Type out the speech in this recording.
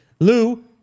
Lou